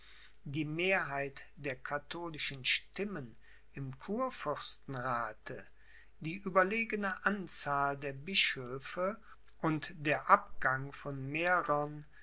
die mehrheit der katholischen stimmen im kurfürstenrathe die überlegene anzahl der bischöfe und der abgang von mehrern